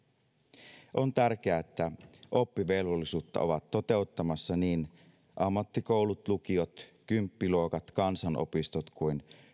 on tärkeää että oppivelvollisuutta ovat toteuttamassa niin ammattikoulut lukiot kymppiluokat kansanopistot kuin